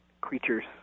creatures